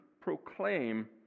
proclaim